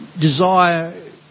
desire